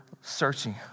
searching